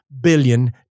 billion